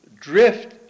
Drift